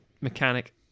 Mechanic